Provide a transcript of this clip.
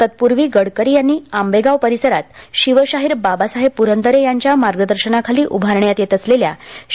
तत्पूर्वी गडकरी यांनी आंबेगाव परिसरात शिवशाहीर बाबासाहेब पुरंदरे यांच्या मार्गदर्शनाखाली उभारण्यात येत असलेल्या शिवसृष्टीची पाहणी केली